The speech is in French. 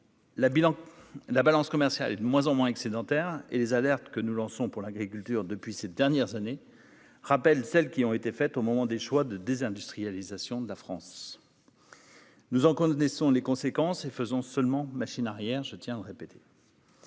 la balance commerciale de moins en moins excédentaire et les alertes que nous lançons pour l'agriculture depuis ces dernières années, rappellent celles qui ont été faites au moment des choix de désindustrialisation de la France nous compte, nous connaissons les conséquences et faisons seulement machine arrière, je tiens à le répéter.